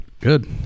Good